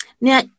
now